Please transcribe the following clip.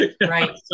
Right